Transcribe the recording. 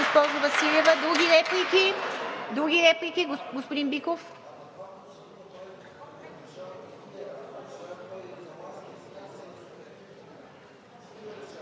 Господин Биков.